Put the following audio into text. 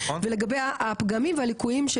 ולגבי הפגמים והליקויים,